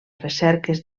recerques